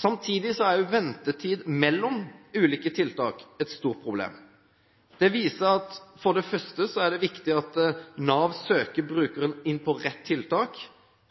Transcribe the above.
Samtidig er også ventetid mellom ulike tiltak et stort problem. Det viser for det første at det er viktig at Nav søker brukeren inn på rett tiltak,